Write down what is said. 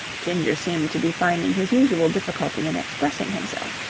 ginger seemed to be finding his usual difficulty in expressing himself.